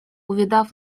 увидав